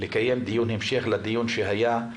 לקיים דיון המשך לדיון שהיה בוועדה,